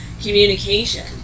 communication